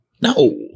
No